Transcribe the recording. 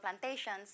plantations